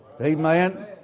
Amen